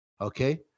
okay